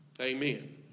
Amen